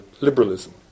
liberalism